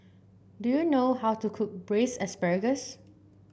do you know how to cook Braised Asparagus